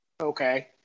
okay